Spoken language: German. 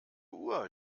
uhr